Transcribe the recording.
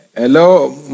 Hello